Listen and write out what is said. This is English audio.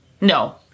No